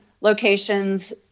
locations